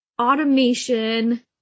automation